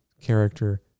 character